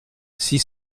six